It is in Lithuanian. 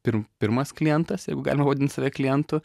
pirm pirmas klientas jeigu galima vadint save klientu